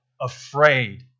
afraid